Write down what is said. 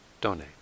donate